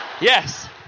Yes